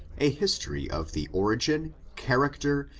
a history of the origin character,